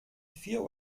vier